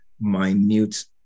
minute